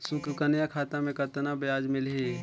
सुकन्या खाता मे कतना ब्याज मिलही?